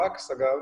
פקס, אגב,